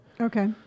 Okay